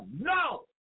no